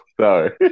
Sorry